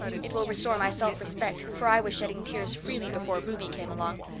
it will restore my self-respect, for i was shedding tears freely before ruby came along.